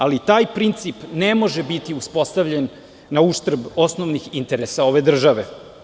Ali, taj princip ne može biti uspostavljen na uštrb osnovnih interesa ove države.